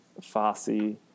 Farsi